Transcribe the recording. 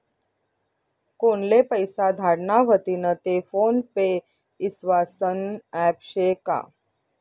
कोनले पैसा धाडना व्हतीन ते फोन पे ईस्वासनं ॲप शे का?